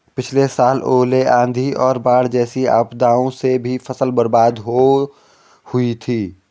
पिछली साल ओले, आंधी और बाढ़ जैसी आपदाओं से भी फसल बर्बाद हो हुई थी